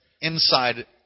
inside